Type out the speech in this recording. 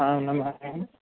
అవునా మేడం